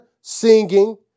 singing